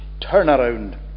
turnaround